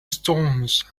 stones